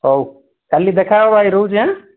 ହଉ କାଲି ଦେଖାହେବା ଭାଇ ରହୁଛି ହାଁ